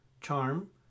charm